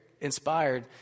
inspired